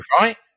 right